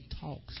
talks